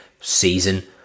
season